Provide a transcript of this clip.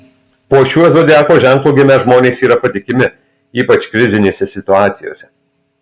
po šiuo zodiako ženklu gimę žmonės yra patikimi ypač krizinėse situacijose